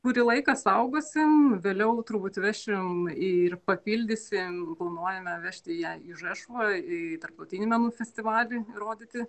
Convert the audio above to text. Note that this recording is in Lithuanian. kurį laiką suaugosim vėliau turbūt vešim ir papildysim planuojame vežti ją į žešovą į tarptautinį menų festivalį rodyti